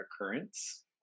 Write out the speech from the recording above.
occurrence